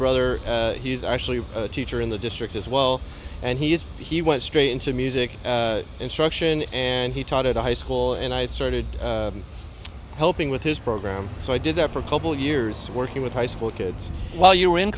brother he's actually a teacher in the district as well and he is he went straight into music instruction and he taught at a high school and i started helping with his program so i did that for a couple of years working with high school kids while you were in